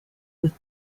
with